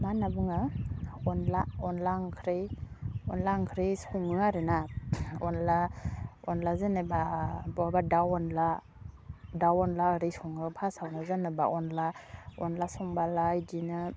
मा होनना बुङो अनला अनला ओंख्रै अनला ओंख्रै सङो आरोना अनला अनला जेनेबा बहाबा दाउ अनला दाउ अनला ओरै सङो फासआवनो जेनेबा अनला अनला संबालाय बिदिनो